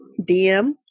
DM